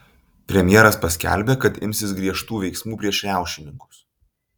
premjeras paskelbė kad imsis griežtų veiksmų prieš riaušininkus